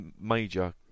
major